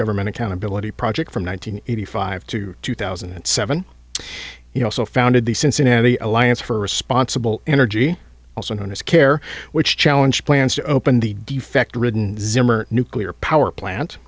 government accountability project from one nine hundred eighty five to two thousand and seven you know so founded the cincinnati alliance for responsible energy also known as care which challenge plans to open the defect ridden zimmer nuclear power plant